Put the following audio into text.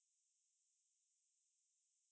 then you watch any recent one